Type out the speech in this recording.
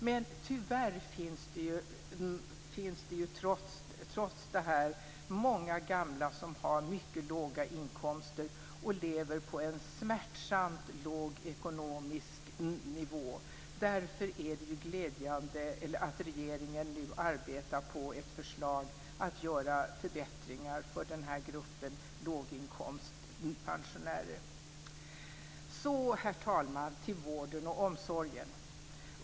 Men tyvärr finns det, trots detta, många gamla som har mycket låga inkomster och lever på en smärtsamt låg ekonomisk nivå. Därför är det glädjande att regeringen nu arbetar på ett förslag att göra förbättringar för den gruppen låginkomstpensionärer. Så, herr talman, går jag över till vården och omsorgen.